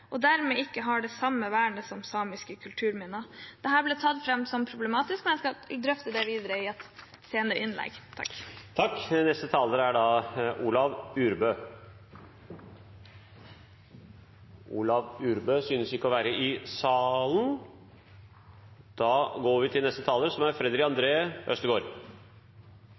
og dermed ikke har det samme vernet som samiske kulturminner. Dette ble tatt fram som problematisk. Jeg skal drøfte dette videre i et senere innlegg. Neste taler er representanten Olav Urbø. – Olav Urbø synes ikke å være i salen. Da går vi videre til neste taler.